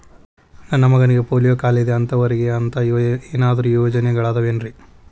ನನ್ನ ಮಗನಿಗ ಪೋಲಿಯೋ ಕಾಲಿದೆ ಅಂತವರಿಗ ಅಂತ ಏನಾದರೂ ಯೋಜನೆಗಳಿದಾವೇನ್ರಿ?